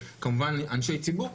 וכמובן אנשי ציבור,